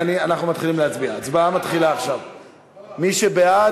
כדי לעודד חברות תעופה לשווק לקהל הלקוחות שלהן את אותה מדינה,